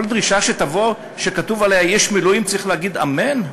על כל דרישה שתבוא ואשר כתוב עליה "איש מילואים" צריך להגיד אמן?